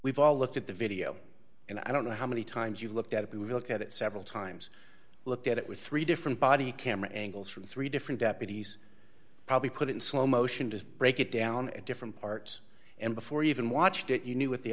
we've all looked at the video and i don't know how many times you looked at it we look at it several times looked at it with three different body camera angles from three different deputies probably put it in slow motion to break it down at different parts and before even watched it you knew what the